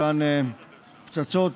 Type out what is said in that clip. אותן פצצות